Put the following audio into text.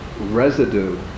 residue